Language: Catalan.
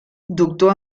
doctor